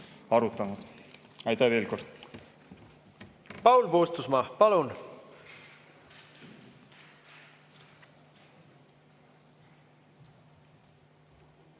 Aitäh veel kord! Paul Puustusmaa, palun!